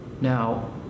Now